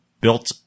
built